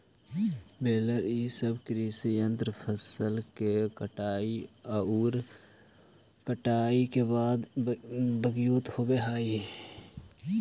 baler इ सब कृषि यन्त्र फसल के कटाई औउर कुटाई के बाद प्रयुक्त होवऽ हई